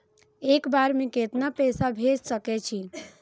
एक बार में केतना पैसा भेज सके छी?